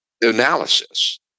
analysis